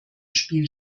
spiel